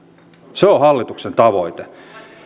se on hallituksen tavoite